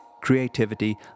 creativity